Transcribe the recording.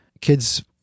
kids